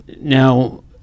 now